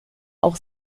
auch